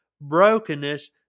brokenness